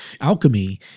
Alchemy